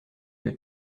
que